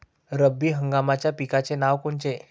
रब्बी हंगामाच्या पिकाचे नावं कोनचे?